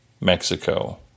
Mexico